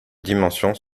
dimensions